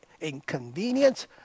inconvenience